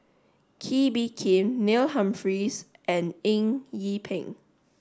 Kee Bee Khim Neil Humphreys and Eng Yee Peng